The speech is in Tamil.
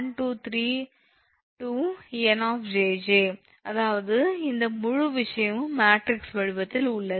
𝑁 𝑗𝑗 அதாவது இந்த முழு விஷயமும் மேட்ரிக்ஸ் வடிவத்தில் உள்ளது